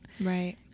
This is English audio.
Right